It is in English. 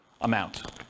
amount